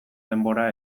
denbora